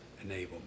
enablement